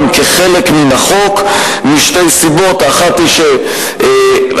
כחלק מן החוק משתי סיבות: האחת היא שהממ"מ,